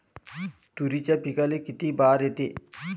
तुरीच्या पिकाले किती बार येते?